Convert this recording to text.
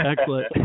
Excellent